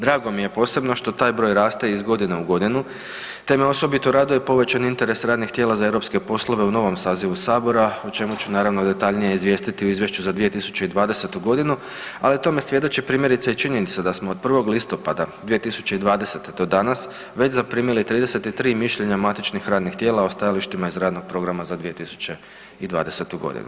Drago mi je posebno što taj broj raste iz godine u godinu te me osobito raduje povećani interes radnih tijela za europske poslove u novom sazivu sabora o čemu ću naravno detaljnije izvijestiti u izvješću za 2020.-tu godinu, ali tome svjedoči primjerice i činjenica da smo od 1. listopada 2020.-te do danas već zaprimili 33 mišljenja matičnih radnih tijela o stajalištima iz radnog programa za 2020.-tu godinu.